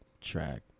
track